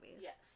Yes